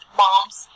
moms